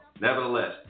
Nevertheless